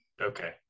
Okay